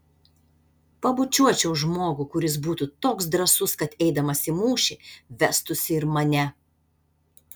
pabučiuočiau žmogų kuris būtų toks drąsus kad eidamas į mūšį vestųsi ir mane